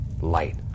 Light